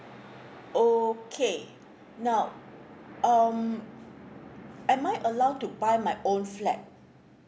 okay now um am I allowed to buy my own flat